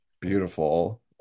beautiful